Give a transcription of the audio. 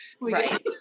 Right